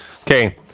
Okay